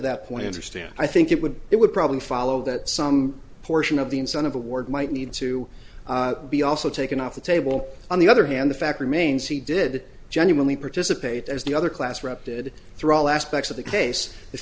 that point understand i think it would it would probably follow that some portion of the incentive award might need to be also taken off the table on the other hand the fact remains he did genuinely participate as the other class rep did through all aspects of the case